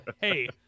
Hey